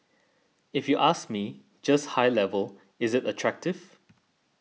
if you ask me just high level is it attractive